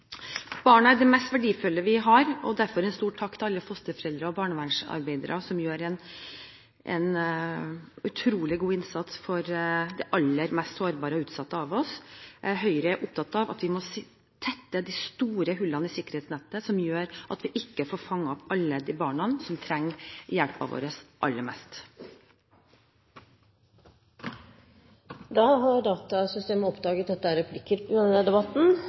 Barna er det mest verdifulle vi har. Derfor: en stor takk til alle fosterforeldre og barnevernsarbeidere, som gjør en utrolig god innsats for de aller mest sårbare og utsatte av oss. Høyre er opptatt av at vi må tette de store hullene i sikkerhetsnettet, som gjør at vi ikke får fanget opp alle de barna som trenger hjelpen vår aller mest. Da har datasystemet oppdaget at det er replikker under debatten.